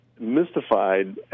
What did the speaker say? mystified